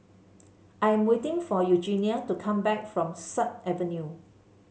I am waiting for Eugenia to come back from Sut Avenue